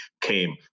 came